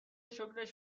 شکرش